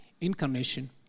incarnation